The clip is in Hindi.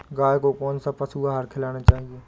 गाय को कौन सा पशु आहार खिलाना चाहिए?